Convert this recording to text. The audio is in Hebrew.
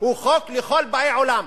הוא חוק על כל באי עולם.